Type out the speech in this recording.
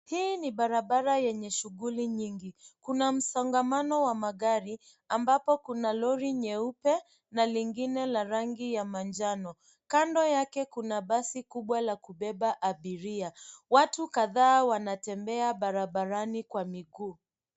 Hii ni barabara yenye shughuli nyingi. Kuna msongamano wa magari ambapo kuna lori nyeupe na lingine ya rangi ya manjano. Kando yake kuna basi kubwa la kubeba abiria. Watu kadhaa wanatembea barabarani kwa miguu.